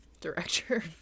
director